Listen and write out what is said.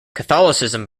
catholicism